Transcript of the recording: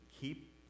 keep